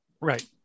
Right